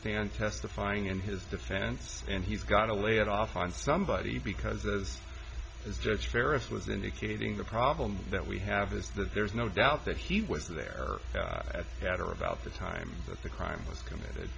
stand testifying in his defense and he's got to lay it off on somebody because as his judge faris was indicating the problem that we have is that there's no doubt that he was there at that or about the time that the crime was committed